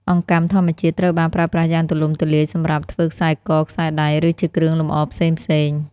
អង្កាំធម្មជាតិត្រូវបានប្រើប្រាស់យ៉ាងទូលំទូលាយសម្រាប់ធ្វើខ្សែក ខ្សែដៃ ឬជាគ្រឿងលម្អផ្សេងៗ។